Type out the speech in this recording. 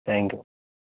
thank you